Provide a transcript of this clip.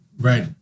Right